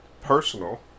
personal